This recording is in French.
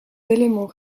éléments